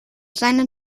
seine